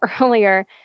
earlier